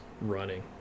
running